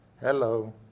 Hello